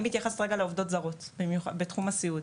אני מתייחסת רגע לעובדות זרות בתחום הסיעוד.